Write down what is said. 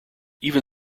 even